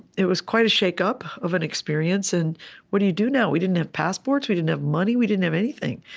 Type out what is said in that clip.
it was quite a shake-up of an experience and what do you do now? we didn't have passports. we didn't have money. we didn't have anything.